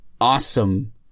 awesome